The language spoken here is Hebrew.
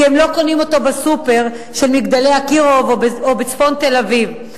כי הם לא קונים אותו בסופר של "מגדלי אקירוב" או בצפון תל-אביב.